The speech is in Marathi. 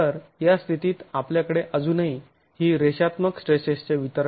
तर या स्थितीत आपल्याकडे अजूनही ही रेषात्मक स्ट्रेसेसचे वितरण आहे